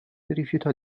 rifiutò